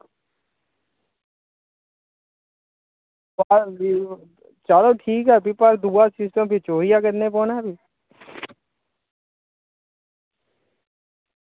चलो ठीक ऐ भी दूआ सिस्टम फ्ही चोरिया करना पौना फ्ही